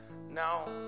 Now